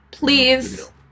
Please